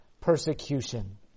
persecution